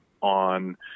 on